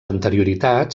anterioritat